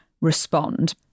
respond